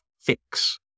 fix